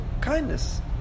kindness